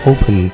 Open